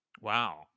Wow